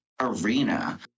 arena